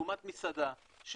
לעומת מסעדה,